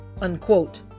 unquote